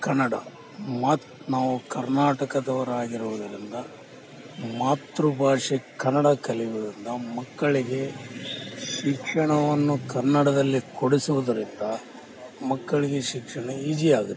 ಕನ್ನಡ ಮಾತು ನಾವು ಕರ್ನಾಟಕದವ್ರು ಆಗಿರೋದರಿಂದ ಮಾತೃ ಭಾಷೆ ಕನ್ನಡ ಕಲಿಬೇಕು ನಾವು ಮಕ್ಕಳಿಗೆ ಶಿಕ್ಷಣವನ್ನು ಕನ್ನಡದಲ್ಲಿ ಕೊಡಿಸುವುದರಿಂದ ಮಕ್ಕಳಿಗೆ ಶಿಕ್ಷಣ ಈಸಿ ಆಗತ್ತೆ